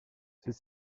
ceux